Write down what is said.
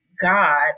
God